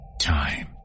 Time